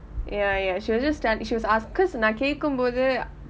ya ya she was just tell she was ask because நான் கேட்கும் போது:naan kaetkum pothu